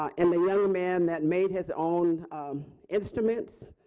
um and the young man that made his own instruments,